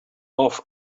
off